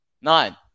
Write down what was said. nine